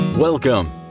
Welcome